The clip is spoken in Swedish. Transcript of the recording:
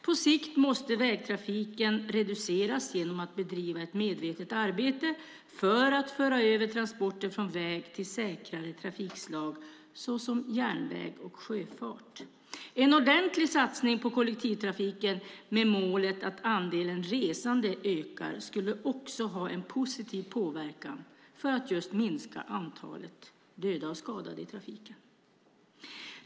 På sikt måste vägtrafiken reduceras genom att vi bedriver ett medvetet arbete för att föra över transporter från väg till säkrare trafikslag, såsom järnväg och sjöfart. En ordentlig satsning på kollektivtrafiken med målet att andelen resande ökar skulle också ha en positiv påverkan för att just minska antalet döda och skadade i trafiken.